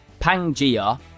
Pangia